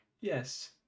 Yes